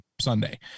Sunday